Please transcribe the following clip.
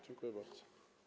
Dziękuję bardzo.